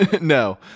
No